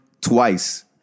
twice